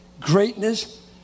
greatness